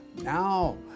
now